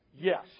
Yes